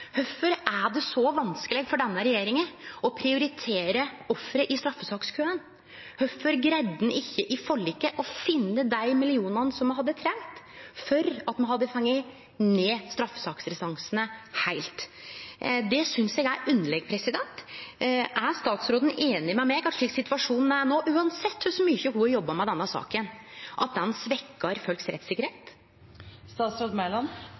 Kvifor er det så vanskeleg for denne regjeringa å prioritere offer i straffesakskøen? Kvifor greidde ein ikkje i forliket å finne dei millionane som me hadde trengt for å få ned straffesaksrestansane heilt? Det synest eg er underleg. Er statsråden einig med meg i at situasjonen slik han er no, uansett kor mykje ho har jobba med denne saka, svekkjer folks rettssikkerheit? Jeg har en veldig klar følelse av at